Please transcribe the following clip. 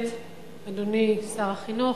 אדוני שר החינוך,